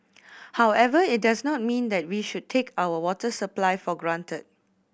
however it does not mean that we should take our water supply for granted